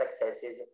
successes